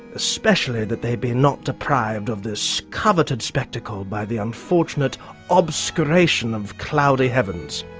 especially that they be not deprived of this coveted spectacle by the unfortunate obscuration of cloudy heavens,